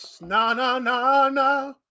na-na-na-na